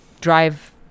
drive